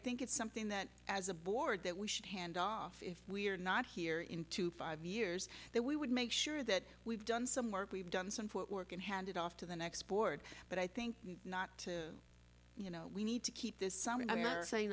think it's something that as a board that we should hand off if we're not here in two five years that we would make sure that we've done some work we've done some work and handed off to the next board but i think not to you know we need to keep this summer